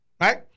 right